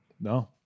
No